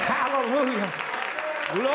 Hallelujah